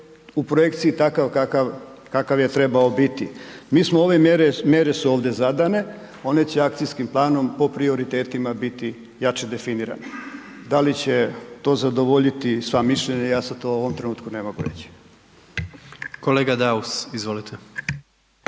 u projekciji takav kakav, kakav je trebao biti. Mi smo ove mjere, mjere su ovdje zadane, one će akcijskim planom po prioritetima biti jače definirane. Da li će to zadovoljiti sva mišljenja, ja sad to u ovom trenutku ne mogu reći. **Jandroković,